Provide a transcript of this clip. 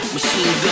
Machine